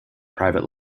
private